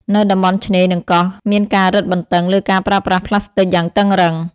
នៅតំបន់ឆ្នេរនិងកោះ មានការរឹតបន្តឹងលើការប្រើប្រាស់ប្លាស្ទិកយ៉ាងតឹងរ៉ឹង។